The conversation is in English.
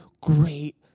great